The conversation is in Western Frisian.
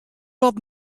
wat